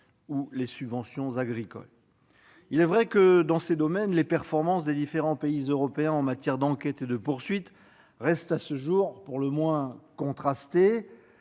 ou les subventions agricoles. Il est vrai que, dans ces domaines, les performances des différents pays européens en matière d'enquêtes et de poursuites restent à ce jour pour le moins contrastées.